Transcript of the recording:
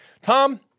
Tom